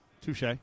Touche